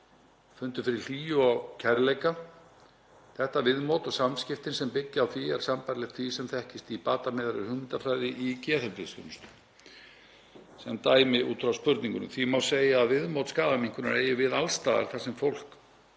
fundu fyrir hlýju og kærleika. Þetta viðmót og samskiptin sem byggja á því er sambærilegt því sem þekkist í batamiðaðri hugmyndafræði í geðheilbrigðisþjónustu, sem dæmi út frá spurningunum. Því má segja að viðmót skaðaminnkunar eigi við alls staðar þar sem fólk